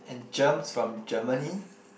and germs from Germany